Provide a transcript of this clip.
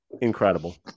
Incredible